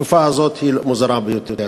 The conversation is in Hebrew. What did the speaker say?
התקופה הזאת היא מוזרה ביותר.